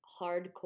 hardcore